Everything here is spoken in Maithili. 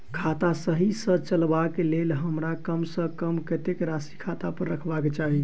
खाता सही सँ चलेबाक लेल हमरा कम सँ कम कतेक राशि खाता पर रखबाक चाहि?